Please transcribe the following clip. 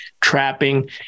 trapping